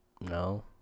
no